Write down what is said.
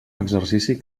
exercici